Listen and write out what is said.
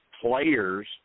players